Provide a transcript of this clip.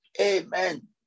Amen